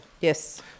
Yes